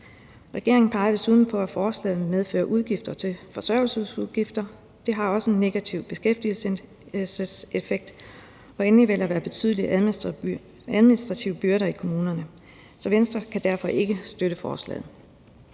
Regeringen peger desuden på, at forslaget vil medføre forsørgelsesudgifter, og det har også en negativ beskæftigelseseffekt, og endelig vil der være betydelige administrative byrder i kommunerne. Venstre kan derfor ikke støtte forslaget.